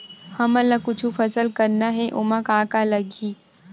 हमन ला कुछु फसल करना हे ओमा का का लगही?